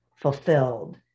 fulfilled